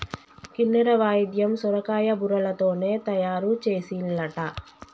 కిన్నెర వాయిద్యం సొరకాయ బుర్రలతోనే తయారు చేసిన్లట